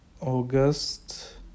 August